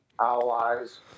allies